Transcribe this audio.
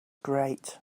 great